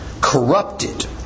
corrupted